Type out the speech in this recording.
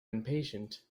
impatient